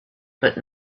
but